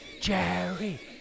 jerry